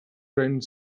drained